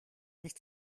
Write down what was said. nicht